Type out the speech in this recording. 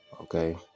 okay